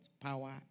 power